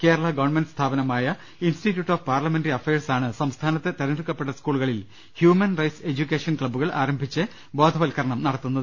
Kerala government സ്ഥാപനമായ institute of parliamentary affairs ആണ് സംസ്ഥാനത്തെ തിരഞ്ഞെടുക്കപ്പെട്ട സ്കൂളുകളിൽ ഹ്യൂമൻ റൈറ്റ്സ് എജുക്കേഷൻ ക്ലബുകൾ ആരംഭിച്ചു ബോധവത്കരണം നടത്തുന്നത്